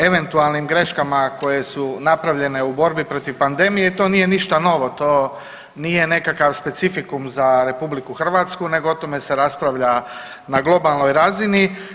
eventualnim greškama koje su napravljene u borbi protiv pandemije i to nije ništa novo, to nije nekakav specifikum za RH nego o tome se raspravlja na globalnoj razini.